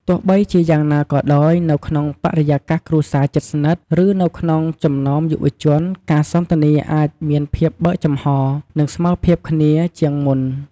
ទោះបីជាយ៉ាងណាក៏ដោយ នៅក្នុងបរិយាកាសគ្រួសារជិតស្និទ្ធ ឬក្នុងចំណោមយុវជន ការសន្ទនាអាចមានភាពបើកចំហរ និងស្មើភាពគ្នាជាងមុន។